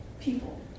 people